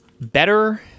better